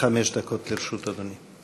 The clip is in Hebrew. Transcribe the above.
עד חמש דקות לרשות אדוני.